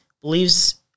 believes